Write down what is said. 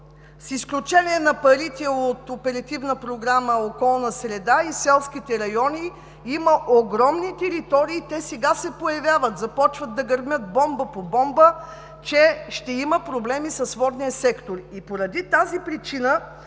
С изключение на парите от оперативни програми „Околна среда“ и „Селски райони“ има огромни територии – те сега се появяват, започват да гърмят бомба по бомба, ще има проблеми с водния сектор.